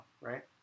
right